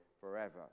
forever